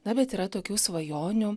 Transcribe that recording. na bet yra tokių svajonių